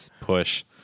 push